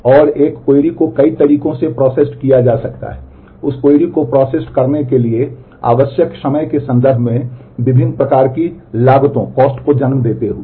और एक क्वेरी को कई तरीकों से प्रोसेस्ड करने के लिए आवश्यक समय के संदर्भ में विभिन्न प्रकार की लागतों को जन्म देते हुए